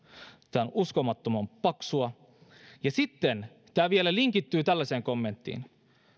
tämä on uskomattoman paksua sitten tämä vielä linkittyy tällaiseen kommenttiin